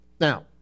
Now